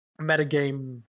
metagame